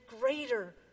greater